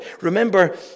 Remember